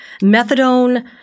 Methadone